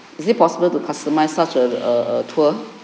is it possible to customise such a a a tour